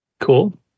Cool